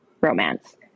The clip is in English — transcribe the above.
romance